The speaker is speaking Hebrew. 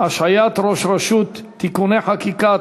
(השעיית ראש רשות) (תיקוני חקיקה),